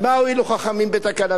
אז מה הועילו חכמים בתקנתם?